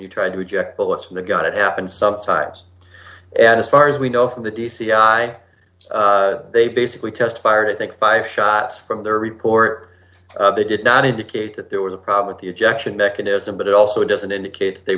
you try to eject bullets from the gun it happens sometimes and as far as we know from the d c i they basically test fired i think five shots from their report they did not indicate that there was a problem with the ejection mechanism but it also doesn't indicate th